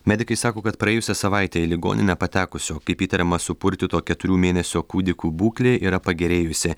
medikai sako kad praėjusią savaitę į ligoninę patekusio kaip įtariama supurtyto keturių mėnesio kūdikio būklė yra pagerėjusi